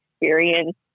experience